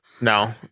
No